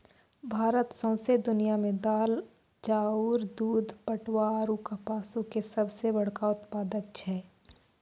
भारत सौंसे दुनिया मे दाल, चाउर, दूध, पटवा आरु कपासो के सभ से बड़का उत्पादक छै